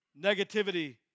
Negativity